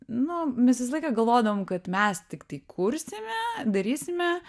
nu mes visą laiką galvodavom kad mes tiktai kursime darysime